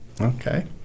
Okay